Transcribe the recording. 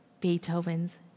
Beethoven's